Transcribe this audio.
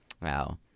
Wow